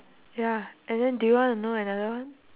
ya and then do you want to know another one